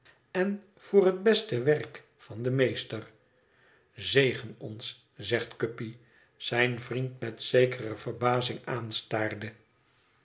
en voor het beste werk van den meester zegen ons zegt guppy zijn vriend met zekere verbazing aanstarende